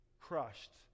crushed